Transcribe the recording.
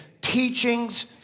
teachings